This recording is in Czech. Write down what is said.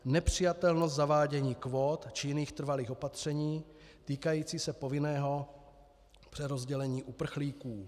Nepřijatelnost zavádění kvót či jiných trvalých opatření týkající se povinného přerozdělení uprchlíků.